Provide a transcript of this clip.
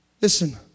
Listen